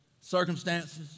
Circumstances